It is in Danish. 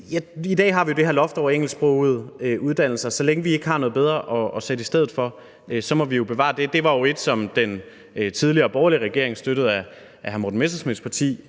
I dag har vi jo det her loft over engelsksprogede uddannelser, og så længe vi ikke har noget bedre at sætte i stedet for, må vi bevare det. Det var et, som den tidligere borgerlige regering støttet af hr. Morten Messerschmidts parti